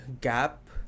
gap